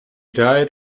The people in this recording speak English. died